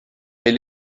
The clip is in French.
est